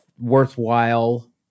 worthwhile